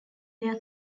their